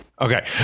Okay